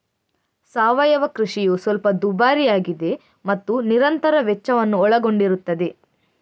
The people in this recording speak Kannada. ಸಾವಯವ ಕೃಷಿಯು ಸ್ವಲ್ಪ ದುಬಾರಿಯಾಗಿದೆ ಮತ್ತು ನಿರಂತರ ವೆಚ್ಚವನ್ನು ಒಳಗೊಂಡಿರುತ್ತದೆ